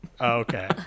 Okay